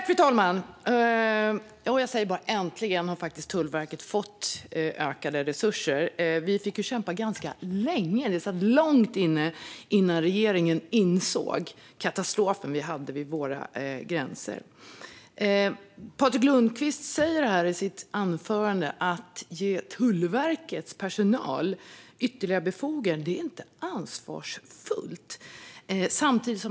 Fru talman! Jag säger bara: Äntligen har Tullverket faktiskt fått ökade resurser! Vi fick ju kämpa ganska länge; det satt långt inne för regeringen att inse vilken katastrof vi har vid våra gränser. Patrik Lundqvist säger i sitt anförande att det inte är ansvarsfullt att ge Tullverkets personal ytterligare befogenheter.